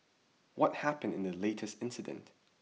what happened in the latest incident